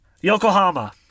Yokohama